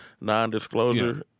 non-disclosure